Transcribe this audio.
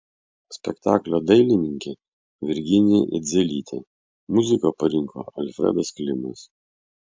spektaklio dailininkė virginija idzelytė muziką parinko alfredas klimas